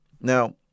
Now